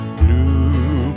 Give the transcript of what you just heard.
blue